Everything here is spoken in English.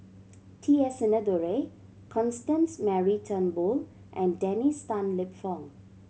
T S Sinnathuray Constance Mary Turnbull and Dennis Tan Lip Fong